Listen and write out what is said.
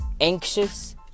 anxious